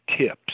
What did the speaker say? tips